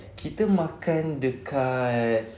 kita makan dekat